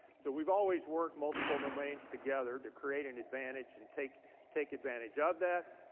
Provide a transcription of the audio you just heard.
so we've always worked multiple domains together to create an advantage and take take advantage of that.